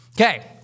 Okay